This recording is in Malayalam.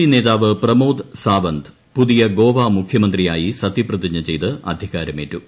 പി നേതാവ് പ്രമോദ് സാവന്ത് പൂതിയ ഗോവ മുഖ്യമന്ത്രിയായി സത്യപ്രതിജ്ഞ് ചെയ്ത് അധികാരമേറ്റു